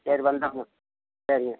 சரி வந்துடுறேங்க சரிங்க